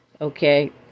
Okay